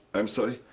i'm sorry?